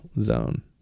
zone